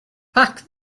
pack